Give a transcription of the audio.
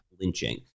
lynching